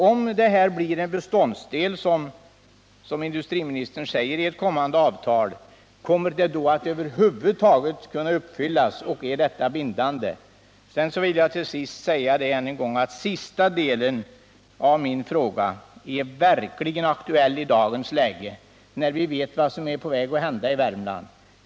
Om detta, som industriministern säger, blir en beståndsdel i ett kommande avtal, kommer avtalet då att över huvud taget kunna uppfyllas och är det bindande? Den sista delen av min fråga är verkligen aktuell i dagens läge, när vi vet vad som är på väg att hända i Värmland.